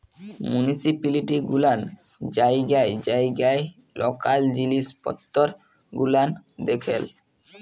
municipality গুলান জায়গায় জায়গায় লকাল জিলিস পত্তর গুলান দেখেল